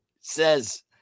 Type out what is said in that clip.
Says